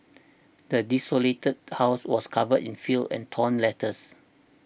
the desolated house was covered in filth and torn letters